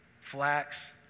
flax